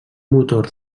motor